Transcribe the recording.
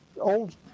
old